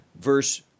verse